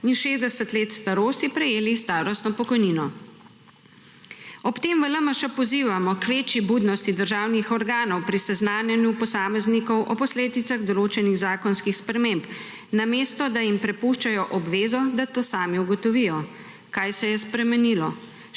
in 60 let starosti prejele starostno pokojnino. Ob tem v LMŠ pozivamo k večji budnosti državnih organov pri seznanjanju posameznikov o posledicah določenih zakonskih sprememb, namesto da jim prepuščajo obvezo, da sami ugotovijo, kaj se je spremenilo,